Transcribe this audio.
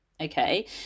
Okay